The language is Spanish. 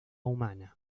humana